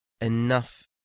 enough